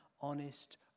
honest